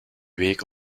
week